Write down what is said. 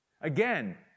Again